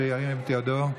שירים את ידו.